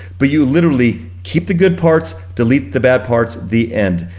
but you literally keep the good parts, delete the bad parts, the end.